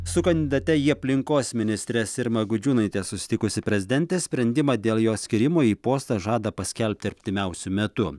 su kandidate į aplinkos ministres irma gudžiūnaite susitikusi prezidentė sprendimą dėl jos skyrimo į postą žada paskelbti artimiausiu metu